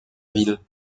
ville